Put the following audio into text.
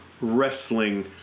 wrestling